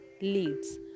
leads